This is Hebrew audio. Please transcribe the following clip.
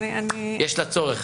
כי יש לה צורך.